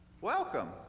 Welcome